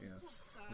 Yes